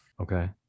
Okay